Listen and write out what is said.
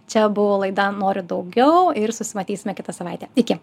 čia buvo laida noriu daugiau ir susimatysime kitą savaitę iki